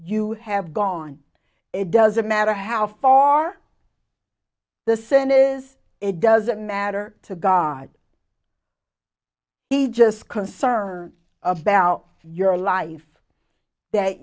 you have gone it doesn't matter how far the sin is it doesn't matter to god he just concerns about your life that